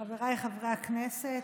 חבריי חברי הכנסת,